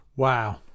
Wow